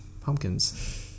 pumpkins